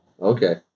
Okay